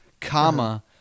comma